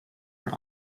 are